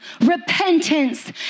repentance